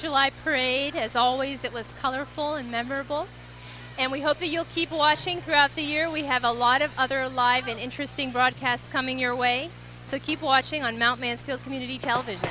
july parade as always it was colorful and memorable and we hope you'll keep watching throughout the year we have a lot of other live an interesting broadcast coming your way so keep watching on mount mansfield community television